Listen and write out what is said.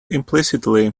implicitly